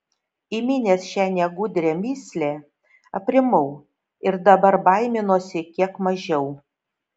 įminęs šią negudrią mįslę aprimau ir dabar baiminuosi kiek mažiau